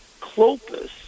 Clopas